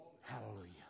Hallelujah